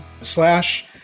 Slash